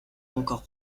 encore